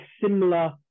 similar